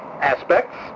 aspects